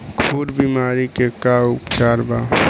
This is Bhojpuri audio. खुर बीमारी के का उपचार बा?